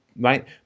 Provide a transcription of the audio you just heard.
right